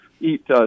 eat